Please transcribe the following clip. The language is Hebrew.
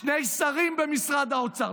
שני שרים במשרד האוצר.